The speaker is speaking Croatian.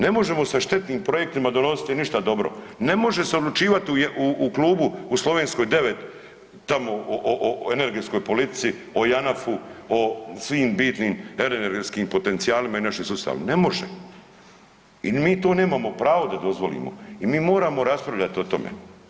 Ne možemo sa štetnim projektima donositi ništa dobro, ne može se odlučivati u klubu u Slovenskoj 9 tamo o energetskoj politici, o Janafu, o svim bitnim energetskim potencijalima i našem sustavu, ne može i mi tu nemamo pravo da dozvolimo i mi moramo raspravljati o tome.